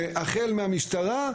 החל במשטרה,